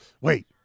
Wait